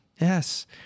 Yes